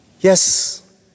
Yes